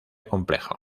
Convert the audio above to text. complejo